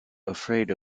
afraid